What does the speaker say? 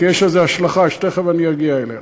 כי יש לזה השלכה שתכף אני אגיע אליה.